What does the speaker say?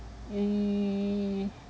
mm